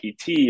PT